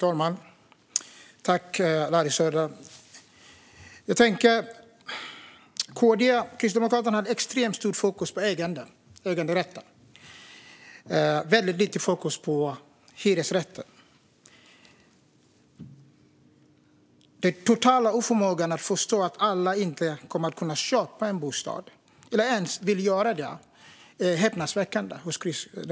Fru talman! Kristdemokraterna har ett extremt stort fokus på äganderätten men väldigt lite fokus på hyresrätten. Den totala oförmågan hos Kristdemokraterna att förstå att alla inte kommer att kunna köpa en bostad eller ens vill göra det är häpnadsväckande.